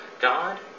God